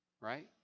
right